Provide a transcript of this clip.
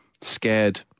scared